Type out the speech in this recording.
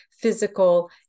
physical